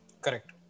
Correct